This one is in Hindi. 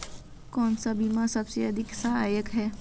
कौन सा बीमा सबसे अधिक सहायक है?